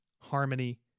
harmony